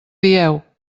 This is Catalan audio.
dieu